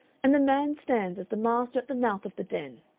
and the man stands as the master at the mouth of the den.